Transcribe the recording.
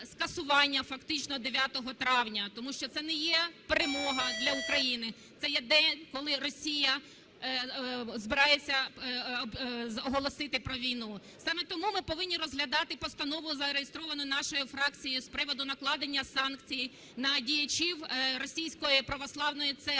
скасування фактично 9 травня, тому що це не є перемога для України, це є день, коли Росія збирається оголосити про війну. Саме тому ми повинні розглядати постанову, зареєстровану нашою фракцією, з приводу накладення санкцій на діячів Російської православної церкви